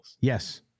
Yes